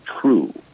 true